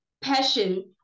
passion